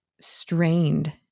strained